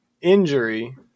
injury